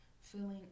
feeling